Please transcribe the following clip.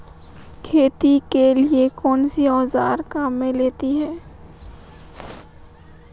खेती के लिए कौनसे औज़ार काम में लेते हैं?